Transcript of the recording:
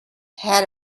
had